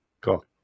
Cool